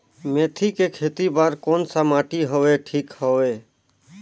मेथी के खेती बार कोन सा माटी हवे ठीक हवे?